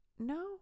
No